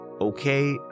okay